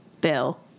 Bill